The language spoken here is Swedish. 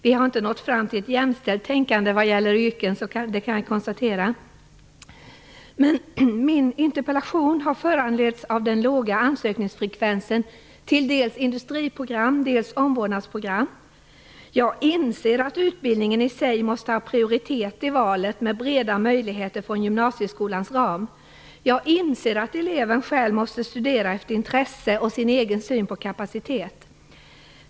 Vi har inte nått fram till ett jämställt tänkande vad gäller yrken, kan jag konstatera. Min interpellation har föranletts av den låga ansökningsfrekvensen till industriprogram och omvårdnadsprogram. Jag inser att utbildningen i sig måste ha prioritet i valet, med breda möjligheter från gymnasieskolans ram. Jag inser att eleven själv måste studera efter intresse och sin egen syn på kapacitet.